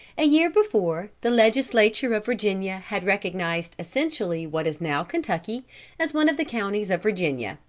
a year before, the legislature of virginia had recognized essentially what is now kentucky as one of the counties of virginia,